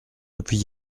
depuis